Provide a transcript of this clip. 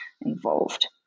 involved